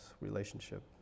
relationship